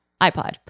iPod